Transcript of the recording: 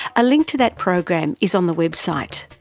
a link to that program is on the website.